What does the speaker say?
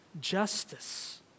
justice